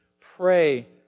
pray